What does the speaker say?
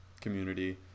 community